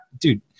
dude